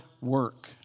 work